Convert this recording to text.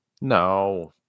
no